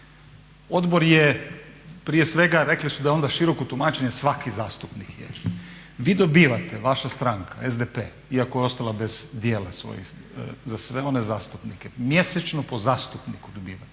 Odbor je prije svega rekli su da je onda široko tumačenje svaki zastupnik je. Vi dobivate, vaša stranka, SDP, iako je ostala bez dijela sve one zastupnike, mjesečno po zastupniku dobiva.